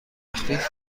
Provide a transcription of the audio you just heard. تخفیف